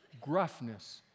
gruffness